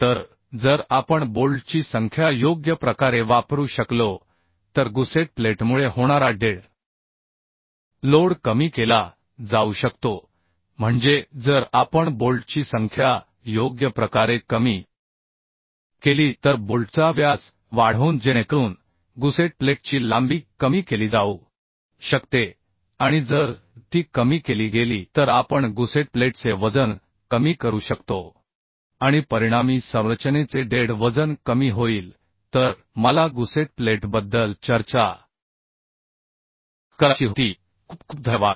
तर जर आपण बोल्टची संख्या योग्य प्रकारे वापरू शकलो तर गुसेट प्लेटमुळे होणारा डेड लोड कमी केला जाऊ शकतो म्हणजे जर आपण बोल्टची संख्या योग्य प्रकारे कमी केली तर बोल्टचा व्यास वाढवून जेणेकरून गुसेट प्लेटची लांबी कमी केली जाऊ शकते आणि जर ती कमी केली गेली तर आपण गुसेट प्लेटचे वजन कमी करू शकतो आणि परिणामी संरचनेचे डेड वजन कमी होईल तर मला गुसेट प्लेटबद्दल चर्चा करायची होती खूप खूप धन्यवाद